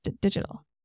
digital